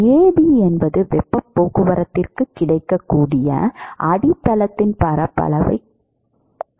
Ab என்பது வெப்பப் போக்குவரத்துக்கு கிடைக்கக்கூடிய அடித்தளத்தின் பரப்பளவைக் கூறலாம்